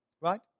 Right